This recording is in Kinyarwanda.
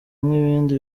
nk’ibindi